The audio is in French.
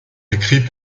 décrit